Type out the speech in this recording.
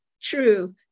true